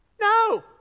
No